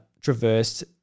traversed